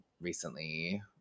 recently